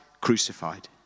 Crucified